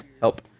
help